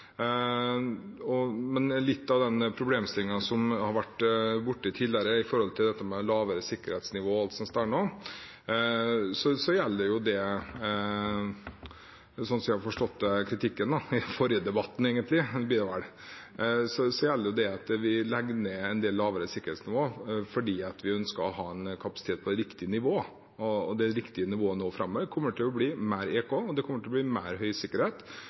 Men med tanke på litt av problemstillingen man har vært borti tidligere med lavere sikkerhetsnivå – slik jeg har forstått kritikken i det som vel var den forrige debatten – gjelder det at vi legger ned en del på lavere sikkerhetsnivå fordi vi ønsker å ha en kapasitet på riktig nivå. Det riktige nivået framover kommer til å bli mer EK, og det kommer til å bli mer